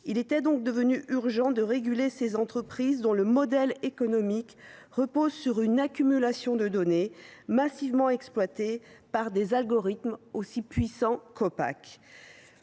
Il était devenu urgent de réguler ces entreprises, dont le modèle économique repose sur une accumulation de données, massivement exploitées par des algorithmes aussi puissants qu’opaques.